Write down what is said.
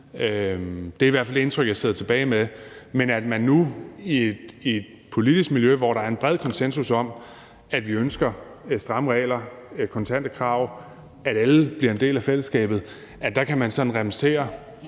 Det er i hvert fald det indtryk, jeg sidder tilbage med. Men i et politisk miljø, hvor der er en bred konsensus om, at vi ønsker stramme regler, kontante krav, og at alle bliver en del af fællesskabet, kan man sådan repræsentere